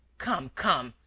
come, come!